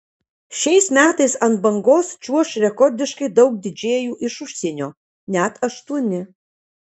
šiais metais ant bangos čiuoš rekordiškai daug didžėjų iš užsienio net aštuoni